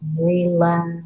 relax